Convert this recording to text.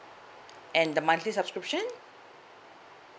and the monthly subscription